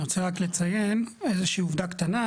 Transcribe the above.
אני רוצה רק לציין איזושהי עובדה קטנה,